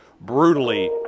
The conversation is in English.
brutally